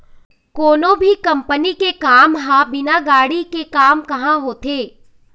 कोनो भी कंपनी के काम ह बिना गाड़ी के काम काँहा होथे